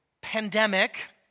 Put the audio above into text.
pandemic